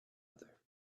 other